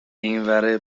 اینور